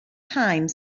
time